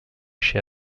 chez